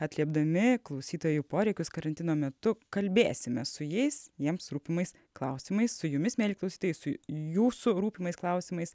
atliepdami klausytojų poreikius karantino metu kalbėsime su jais jiems rūpimais klausimais su jumis mieli klausytojai su jūsų rūpimais klausimais